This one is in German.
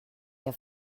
der